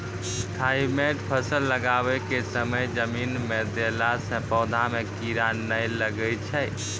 Thimet फ़सल लगाबै के समय जमीन मे देला से पौधा मे कीड़ा नैय लागै छै?